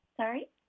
Sorry